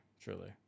Truly